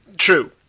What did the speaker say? true